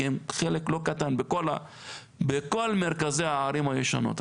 כי הם חלק לא קטן בכל מרכזי הערים הישנות.